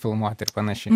filmuoti ir panašiai